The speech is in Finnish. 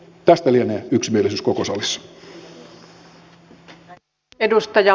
tästä lienee yksimielisyys koko salissa